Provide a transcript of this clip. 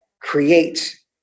create